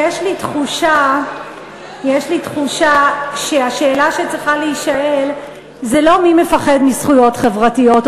יש לי תחושה שהשאלה שצריכה להישאל היא לא מי מפחד מזכויות חברתיות,